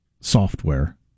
software